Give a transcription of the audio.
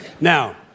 Now